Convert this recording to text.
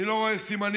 אני לא רואה סימנים.